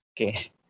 Okay